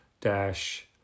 dash